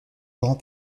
grand